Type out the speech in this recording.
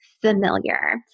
familiar